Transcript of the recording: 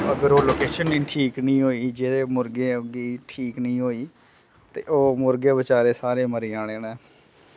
अगर ओह् लोकेशन निं ठीक निं होई जेह्दे मुर्गे गी ठीक निं होई ते ओह् मुर्गे बचारे सारे मरी जाने न